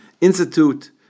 Institute